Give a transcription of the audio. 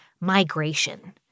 migration